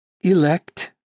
elect